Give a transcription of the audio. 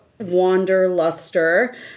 wanderluster